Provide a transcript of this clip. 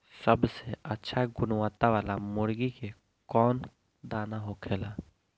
सबसे अच्छा गुणवत्ता वाला मुर्गी के कौन दाना होखेला?